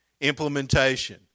Implementation